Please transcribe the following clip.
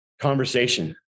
conversation